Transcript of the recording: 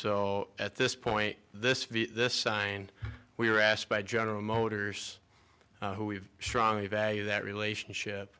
so at this point this view this sign we were asked by general motors who we've srong a value that relationship